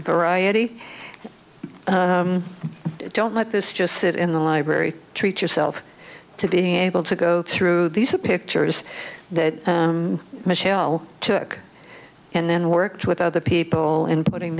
variety don't let this just sit in the library treat yourself to being able to go through these are pictures that michelle took and then worked with other people in putting